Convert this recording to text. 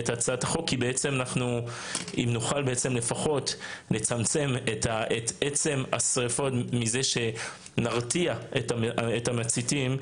כי אם נוכל לפחות לצמצם את השריפות בכך שנרתיע את המציתים,